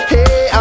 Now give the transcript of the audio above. Hey